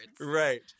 Right